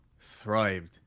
thrived